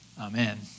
Amen